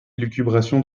élucubration